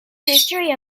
history